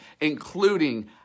including